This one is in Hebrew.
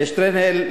שטרנהל,